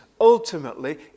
ultimately